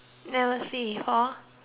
before